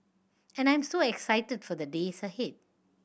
and I'm so excited for the days ahead